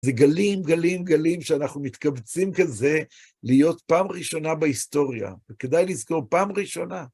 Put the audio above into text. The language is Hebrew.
זה גלים, גלים, גלים שאנחנו מתכווצים כזה, להיות פעם ראשונה בהיסטוריה, וכדאי לזכור, פעם ראשונה.